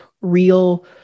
real